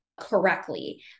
Correctly